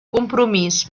compromís